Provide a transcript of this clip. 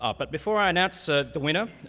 ah but before i announce ah the winner,